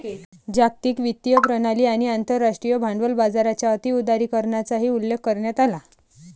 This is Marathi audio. जागतिक वित्तीय प्रणाली आणि आंतरराष्ट्रीय भांडवली बाजाराच्या अति उदारीकरणाचाही उल्लेख करण्यात आला